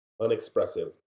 unexpressive